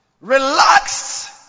relaxed